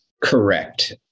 correct